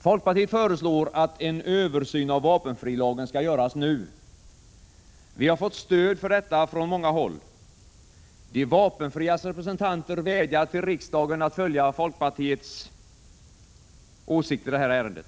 Folkpartiet föreslår att en översyn av vapenfrilagen skall göras nu. Vi har fått stöd för detta från många håll. De vapenfrias representanter vädjar till riksdagen att stödja folkpartiets åsikt i det här ärendet.